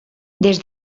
des